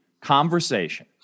conversation